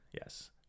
Yes